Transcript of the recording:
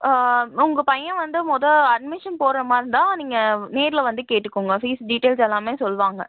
உங்கள் பையன் வந்து முத அட்மிஷன் போடுற மாதிரி இருந்தால் நீங்கள் நேரில் வந்து கேட்டுக்கோங்க ஃபீஸ் டீடெயில்ஸ் எல்லாமே சொல்வாங்க